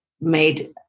made